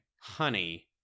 honey